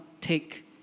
take